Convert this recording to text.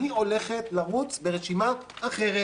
אני הולכת לרוץ ברשימה אחרת